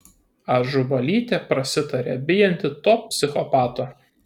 ažubalytė prasitarė bijanti to psichopato